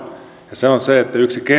se on se että yksi keskeinen